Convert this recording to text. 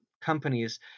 companies